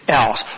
else